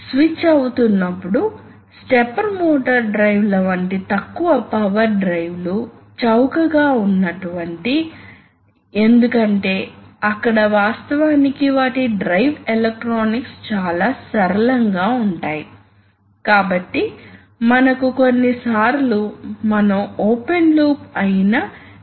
కాబట్టి ఇది ఒక సిలిండర్ ఇక్కడ ఈ సిలిండర్ బాడీ పిస్టన్ మరియు లోడ్ తో అనుసంధానించబడిన రాడ్ ను చూడవచ్చు మీరు ఒక ఫ్లో కంట్రోల్ వాల్వ్ ఇక్కడ ఉంచవచ్చుకొన్నిసార్లు మీరు క్విక్ ఎగ్జాస్ట్ వాల్వ్ ను ఇక్కడ ఉంచవచ్చు కాబట్టి ఇది సాధారణ న్యూమాటిక్ సిలిండర్